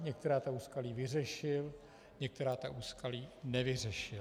Některá úskalí vyřešil, některá ta úskalí nevyřešil.